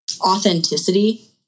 authenticity